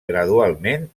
gradualment